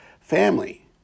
family